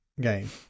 game